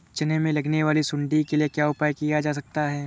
चना में लगने वाली सुंडी के लिए क्या उपाय किया जा सकता है?